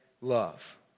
love